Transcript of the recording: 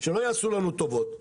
שלא יעשו לנו טובות.